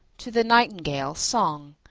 to the nightingale song,